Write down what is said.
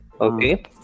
Okay